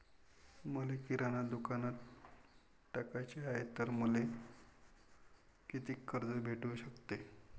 मले किराणा दुकानात टाकाचे हाय तर मले कितीक कर्ज भेटू सकते?